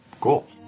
cool